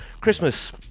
Christmas